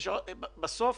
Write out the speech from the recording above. בסוף